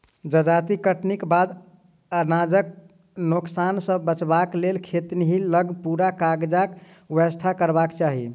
जजाति कटनीक बाद अनाजक नोकसान सॅ बचबाक लेल खेतहि लग पूरा काजक व्यवस्था करबाक चाही